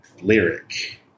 lyric